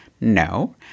No